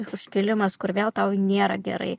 užkilimas kur vėl tau nėra gerai